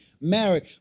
married